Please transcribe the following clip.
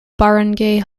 barangay